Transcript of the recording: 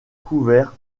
couvert